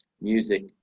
music